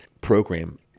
program